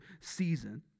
season